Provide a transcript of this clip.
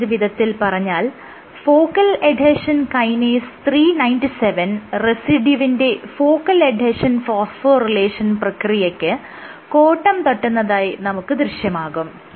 മറ്റൊരു വിധത്തിൽ പറഞ്ഞാൽ ഫോക്കൽ എഡ്ഹെഷൻ കൈനേസ് 397 റെസിഡ്യൂവിന്റെ ഫോക്കൽ എഡ്ഹെഷൻ ഫോസ്ഫോറിലേഷൻ പ്രക്രിയക്ക് കോട്ടം തട്ടുന്നതായി നമുക്ക് ദൃശ്യമാകും